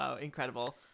incredible